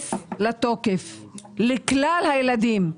להיכנס לתוקף לכלל הילדים.